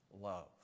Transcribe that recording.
love